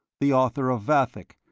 the author of vathek,